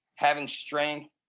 having strength,